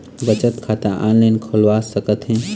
बचत खाता ऑनलाइन खोलवा सकथें?